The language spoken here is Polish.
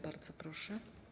Bardzo proszę.